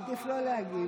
אתה מעדיף לא להגיב.